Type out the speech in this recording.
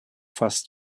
fast